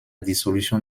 dissolution